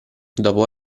dopo